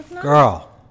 Girl